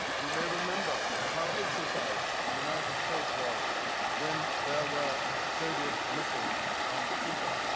you may remember how exercised the united states was when there were soviet missiles on cuba.